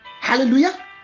hallelujah